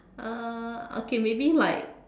uh okay maybe like